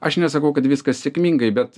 aš nesakau kad viskas sėkmingai bet